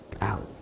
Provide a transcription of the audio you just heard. out